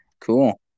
Cool